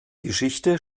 geschichte